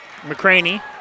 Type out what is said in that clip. McCraney